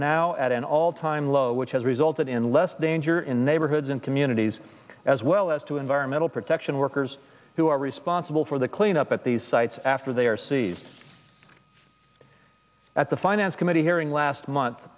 now at an all time low which has resulted in less danger in neighborhoods and communities as well as to environmental protection workers who are responsible for the cleanup at these sites after they are seized at the finance committee hearing last month